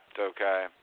okay